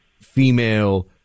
female